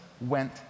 went